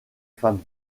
femme